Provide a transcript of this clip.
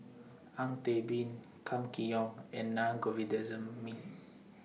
Ang Teck Bee Kam Kee Yong and Naa Govindasamy